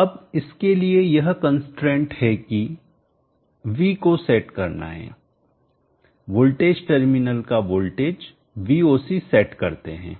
अब इसके लिए यह कंस्ट्रेंट है कि V को सेट करना है वोल्टेज टर्मिनल का वोल्टेज Voc सेट करते हैं